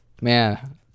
Man